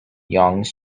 yonge